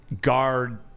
guard